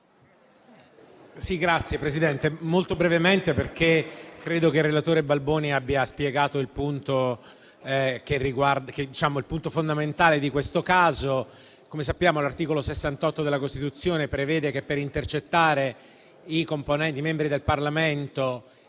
interverrò molto brevemente perché credo che il relatore Balboni abbia spiegato il punto fondamentale di questo caso. Come sappiamo, l'articolo 68 della Costituzione prevede che per intercettare i membri del Parlamento